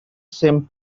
same